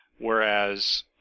whereas